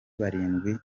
barindwi